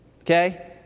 okay